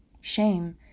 shame